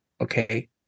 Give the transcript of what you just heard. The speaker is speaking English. Okay